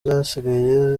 zasigaye